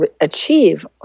achieve